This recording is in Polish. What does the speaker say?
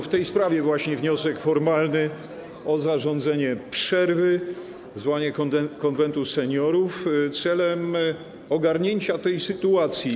W tej sprawie właśnie jest wniosek formalny - wniosek o zarządzenie przerwy i zwołanie Konwentu Seniorów celem ogarnięcia tej sytuacji.